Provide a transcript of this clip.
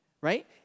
Right